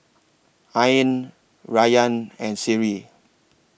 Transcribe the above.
Ain Rayyan and Seri